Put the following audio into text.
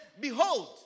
behold